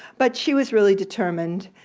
but she was really determined,